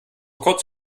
kurz